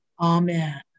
Amen